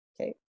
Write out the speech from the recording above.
Okay